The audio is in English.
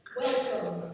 welcome